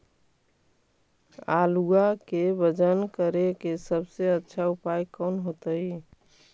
आलुआ के वजन करेके सबसे अच्छा उपाय कौन होतई?